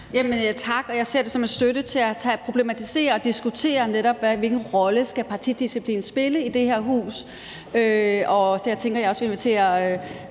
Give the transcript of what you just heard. Tak. Jeg ser det som en støtte til at problematisere og diskutere, netop hvilken rolle partidisciplin skal spille i det her hus. Der tænker jeg også, at jeg vil invitere